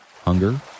hunger